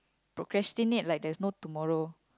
procrastinate like there's no tomorrow